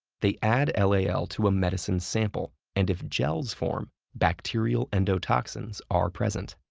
they add lal to a medicine sample, and if gels form, bacterial endotoxins are present.